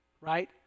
right